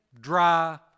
dry